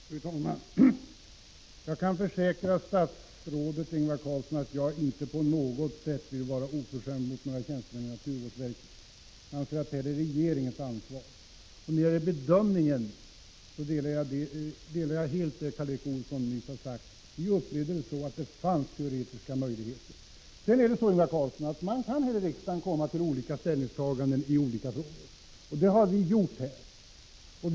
Fru talman! Jag kan försäkra statsrådet Ingvar Carlsson att jag inte på något sätt vill vara oförskämd mot några tjänstemän i naturvårdsverket. Jag anser att det här är regeringens ansvar. När det gäller möjligheterna att införa olika krav instämmer jag helt i vad Karl Erik Olsson nyss har sagt. Vi upplevde det så att det fanns teoretiska möjligheter. Sedan kan man här i riksdagen komma till olika ställningstaganden i skilda frågor, Ingvar Carlsson, vilket har skett i denna fråga.